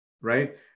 right